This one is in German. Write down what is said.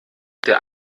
der